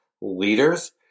leaders